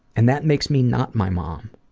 and that makes me not my mom,